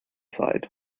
side